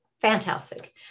fantastic